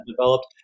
developed